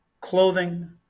clothing